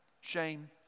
shame